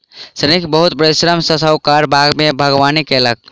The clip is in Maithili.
श्रमिक बहुत परिश्रम सॅ साहुकारक बाग में बागवानी कएलक